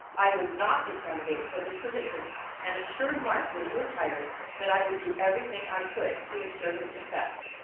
i was not a candidate for this position and assured mark when he was hired that i would do everything i could to ensure his success.